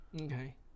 Okay